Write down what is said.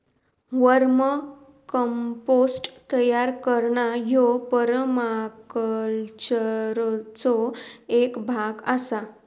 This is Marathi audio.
वर्म कंपोस्ट तयार करणा ह्यो परमाकल्चरचो एक भाग आसा